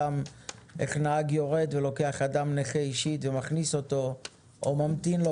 איך נהג יורד ולוקח אדם נכה ומכניס אותו או ממתין לו